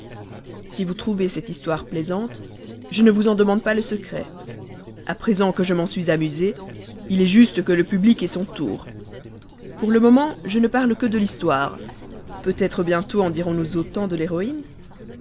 si vous trouvez cette histoire plaisante je ne vous en demande pas le secret a présent que je m'en suis amusé il est juste que le public ait son tour pour le moment je ne parle que de l'histoire peut-être bientôt en dirons-nous autant de l'héroïne